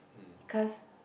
cause